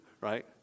right